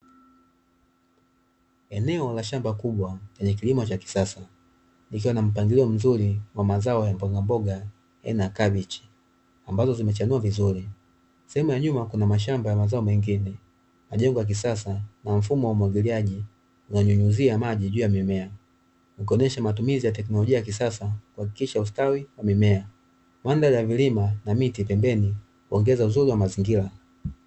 Eneo la shamba kubwa lenye kilimo cha kisasa likiwa na mpangilio mzuri wa mazao ya mboga mboga aina ya kabichi, ambazo zimechanua vizuri. Sehemu ya nyuma kuna mashamba ya mazao mengine, majengo ya kisasa na mfumo wa umwagiliaji unaonyunyizia maji juu ya mimea, ni kuonyesha matumizi ya teknologia ya kisasa kuhakikisha ustawi wa mimea, mandhari ya milima na miti pembeni huonyesha uzuri wa mazingira.